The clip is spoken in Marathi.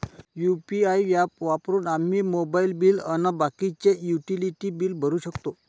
यू.पी.आय ॲप वापरून आम्ही मोबाईल बिल अन बाकीचे युटिलिटी बिल भरू शकतो